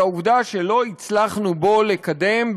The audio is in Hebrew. היא העובדה שלא הצלחנו בו לקדם,